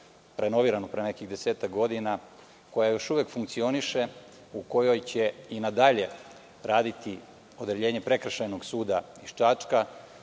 renoviranu pre nekih 10-ak godina, koja još uvek funkcioniše, u kojoj će i nadalje raditi odeljenje Prekršajnog suda iz Čačka,